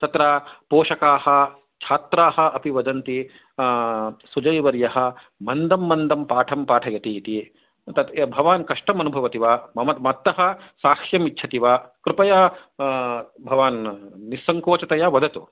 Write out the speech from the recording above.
तत्र पोषका छात्रा अपि वदन्ति अ सुजयवर्य मन्दं मन्दं पाठं पाठयति इति तत् भवान् कष्टम् अनुभवति वा मम मत्त साक्षिम् इच्छति वा कृपया भवान् नि संकोचतया वदतु